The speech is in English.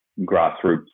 grassroots